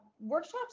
workshops